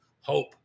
hope